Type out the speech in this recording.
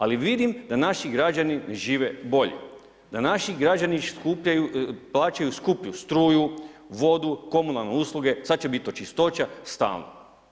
Ali vidim da naši građani ne žive bolje, da naši građani skupljaju, plaćaju skuplju struju, vodu, komunalne usluge, sad će bit to čistoća, stalno.